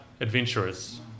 adventurers